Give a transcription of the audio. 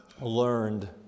learned